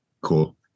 Cool